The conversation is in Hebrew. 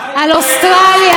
על אוסטרליה,